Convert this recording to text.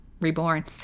reborn